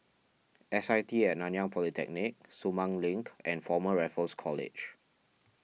S I T at Nanyang Polytechnic Sumang Link and Former Raffles College